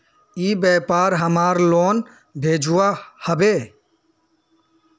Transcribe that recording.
ई व्यापार हमार लोन भेजुआ हभे?